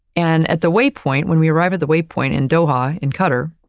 and at the waypoint when we arrived at the waypoint in doha in qatar,